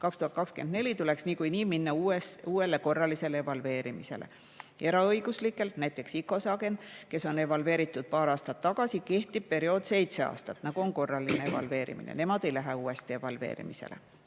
2024 tuleks niikuinii minna uuele korralisele evalveerimisele. Eraõiguslikele [ettevõtetele], näiteks Icosagenile, kes on evalveeritud paar aastat tagasi, kehtib periood seitse aastat, nagu on korralise evalveerimise puhul. Nemad ei lähe uuesti evalveerimisele.